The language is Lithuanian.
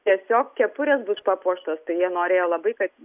tiesiog kepurės bus papuoštos tai jie norėjo labai kad